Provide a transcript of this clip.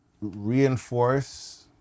reinforce